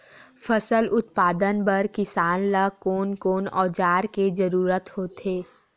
फसल उत्पादन बर किसान ला कोन कोन औजार के जरूरत होथे?